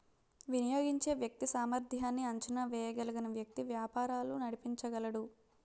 వినియోగించే వ్యక్తి సామర్ధ్యాన్ని అంచనా వేయగలిగిన వ్యక్తి వ్యాపారాలు నడిపించగలడు